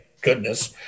goodness